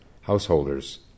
householders